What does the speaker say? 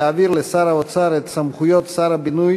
להעביר לשר האוצר את סמכויות שר הבינוי